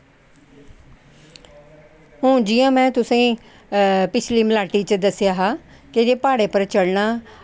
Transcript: हून में जियां तुसेंगी पिछली मलाटी च दस्सेआ हा की के प्हाड़े उप्पर चढ़ना